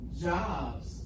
jobs